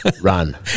run